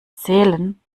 zählen